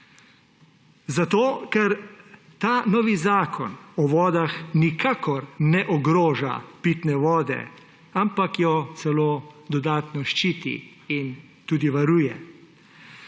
Zato, ker ta novi Zakon o vodah nikakor ne ogroža pitne vode, ampak jo celo dodatno ščiti in tudi varuje.